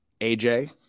AJ